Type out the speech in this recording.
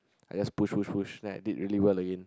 I just push push push then I did really well again